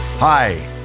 Hi